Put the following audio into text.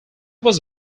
was